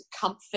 comfort